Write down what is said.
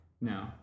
no